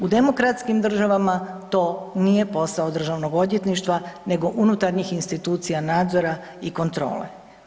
U demokratskim državama to nije posao Državnog odvjetništva nego unutarnjih institucija nadzora i kontrole.